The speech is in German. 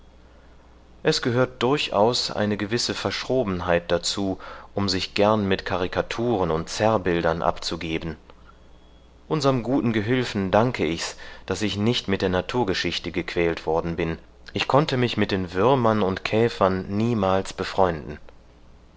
es gehört durchaus eine gewisse verschrobenheit dazu um sich gern mit karikaturen und zerrbildern abzugeben unserm guten gehülfen danke ichs daß ich nicht mit der naturgeschichte gequält worden bin ich konnte mich mit den würmern und käfern niemals befreunden